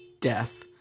death